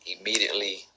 immediately